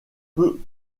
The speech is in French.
peu